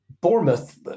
Bournemouth